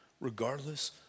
regardless